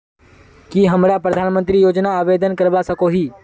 की हमरा प्रधानमंत्री योजना आवेदन करवा सकोही?